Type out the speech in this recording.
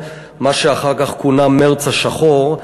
מה שאחר כך כונה "מרס השחור",